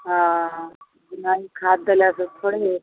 ओ एनाही खाद देला से थोड़े होयतो